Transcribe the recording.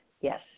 Yes